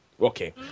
Okay